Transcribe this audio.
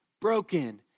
broken